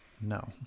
no